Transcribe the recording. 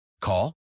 Call